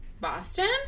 Boston